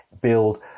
build